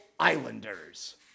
Islanders